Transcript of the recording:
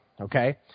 okay